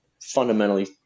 fundamentally